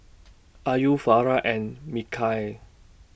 Ayu Farah and Mikhail